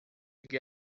from